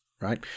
right